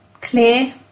clear